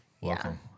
welcome